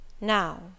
Now